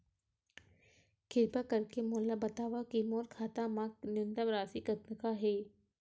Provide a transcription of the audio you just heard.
किरपा करके मोला बतावव कि मोर खाता मा न्यूनतम राशि कतना हे